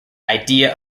idea